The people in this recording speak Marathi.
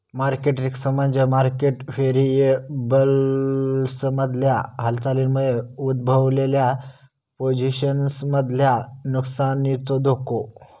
मार्केट रिस्क म्हणजे मार्केट व्हेरिएबल्समधल्या हालचालींमुळे उद्भवलेल्या पोझिशन्समधल्या नुकसानीचो धोको